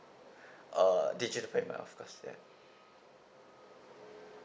uh digital payment of course yeah